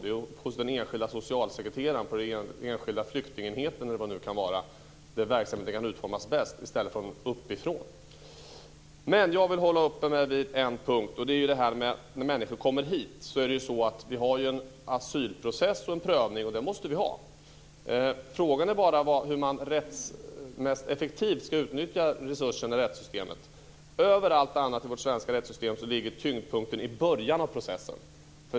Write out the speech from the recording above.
Det är hos den enskilda socialsekreteraren på den enskilda flyktingenheten, eller var det nu kan vara, där verksamheten kan utformas bäst, i stället för uppifrån. Jag vill uppehålla mig vid en annan punkt. När människor kommer hit har vi en asylprocess och en prövning - det måste vi ha. Frågan är bara hur man mest effektivt ska utnyttja resurserna i rättssystemet. Överallt annars i vårt svenska rättssystem ligger tyngdpunkten i början av processen.